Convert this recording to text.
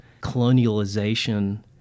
colonialization